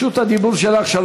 רשות הדיבור שלך.